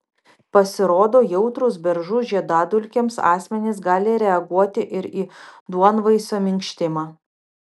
pasirodo jautrūs beržų žiedadulkėms asmenys gali reaguoti ir į duonvaisio minkštimą